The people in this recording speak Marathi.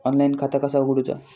ऑनलाईन खाता कसा उगडूचा?